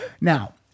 Now